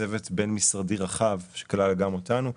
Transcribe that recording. שהוא צוות בין משרדי רחב שכלל גם אותנו,